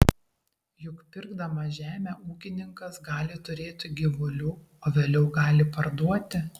juk pirkdamas žemę ūkininkas gali turėti gyvulių o vėliau gali parduoti